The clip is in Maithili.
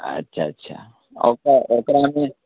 अच्छा अच्छा औक ओकरामे